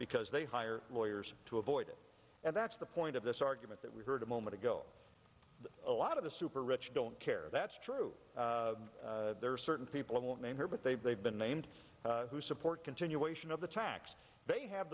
because they hire lawyers to avoid it and that's the point of this argument that we heard a moment ago a lot of the super rich don't care that's true there are certain people in name here but they've they've been named who support continuation of the tax they have